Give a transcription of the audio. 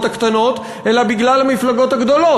הקטנות אלא בגלל המפלגות הגדולות,